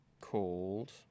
called